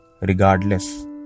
regardless